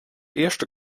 eerste